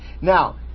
now